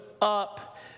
up